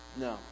No